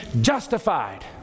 justified